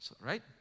Right